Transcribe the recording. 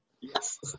Yes